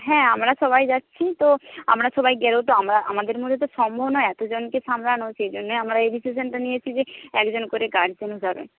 হ্যাঁ আমরা সবাই যাচ্ছি তো আমরা সবাই গেলেও তো আমরা আমাদের মধ্যে তো সম্ভব না এতজনকে সামলানো সেইজন্যই আমরা এই ডিসিশানটা নিয়েছি যে একজন করে গার্জেনও যাবে